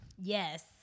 Yes